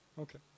Okay